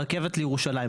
הרכבת לירושלים,